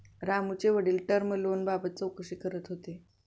रामूचे वडील टर्म लोनबाबत चौकशी करत होते